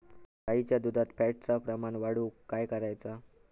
गाईच्या दुधात फॅटचा प्रमाण वाढवुक काय करायचा?